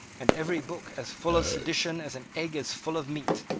and every book as full of sedition as an egg is full of meat.